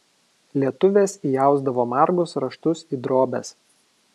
lietuvės įausdavo margus raštus į drobes